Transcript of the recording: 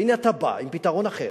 והנה, אתה בא עם פתרון אחר,